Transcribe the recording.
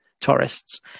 tourists